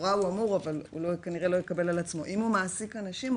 לכאורה הוא אמור אבל הוא כנראה לא יקבל על עצמו - אם הוא מעסיק אנשים,